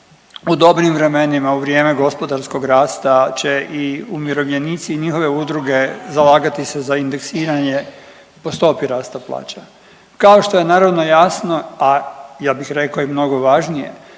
u dobrim vremenima u vrijeme gospodarskog rasta će i umirovljenici i njihove udruge zalagati se za indeksiranje po stopi rasta plaća, kao što je naravno jasno, a ja bih rekao i mnogo važnije